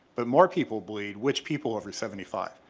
but more people bleed, which people over seventy five?